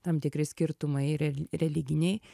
tam tikri skirtumai rel religiniai